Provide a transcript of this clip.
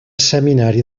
seminari